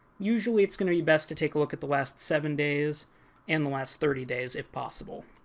usually it's going to be best to take a look at the last seven days and the last thirty days if possible.